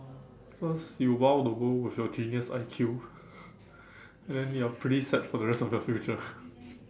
first you !wow! the world with your genius I_Q and then you are pretty set for the rest of your future